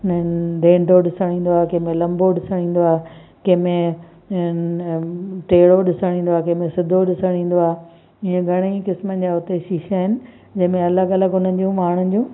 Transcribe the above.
न डेंडो ॾिसणु ईंदो आहे कंहिंमें लंबो ॾिसणु ईंदो आहे कंहिंमें टेड़ो ॾिसणु ईंदो आहे कंहिंमें सिधो ॾिसणु ईंदो आहे ईअं घणेई क़िस्म जा हुते शीशा आहिनि जेमें अलॻि अलॻि हुननि जूं माण्हुनि जूं